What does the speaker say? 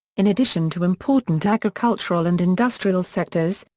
in addition to important agricultural and industrial sectors,